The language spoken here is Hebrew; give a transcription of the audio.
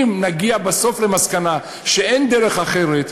אם נגיע בסוף למסקנה שאין דרך אחרת,